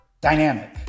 dynamic